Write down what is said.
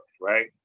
right